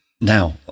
Now